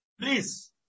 please